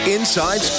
Inside